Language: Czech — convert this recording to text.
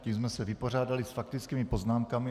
Tím jsme se vypořádali s faktickými poznámkami.